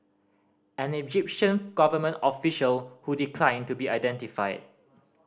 an Egyptian government official who declined to be identified